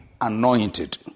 anointed